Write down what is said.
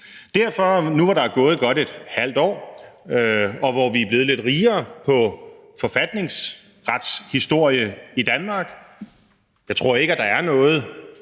hvor der er gået godt et halvt år, og hvor vi er blevet lidt rigere på forfatningsretshistorie i Danmark – jeg tror ikke, at der er noget